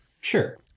Sure